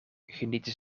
genieten